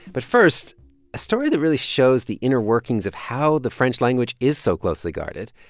but first, a story that really shows the inner workings of how the french language is so closely guarded.